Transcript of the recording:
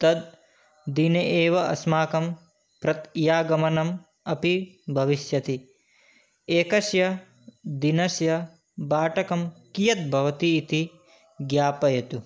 तत् दिने एव अस्माकं प्रत्यागमनम् अपि भविष्यति एकस्य दिनस्य भाटकं कियत् भवति इति ज्ञापयतु